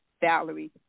Valerie